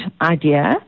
idea